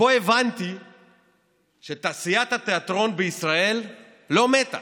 פה הבנתי שתעשיית התיאטרון בישראל לא מתה,